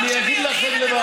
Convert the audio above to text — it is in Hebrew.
לְמה?